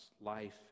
life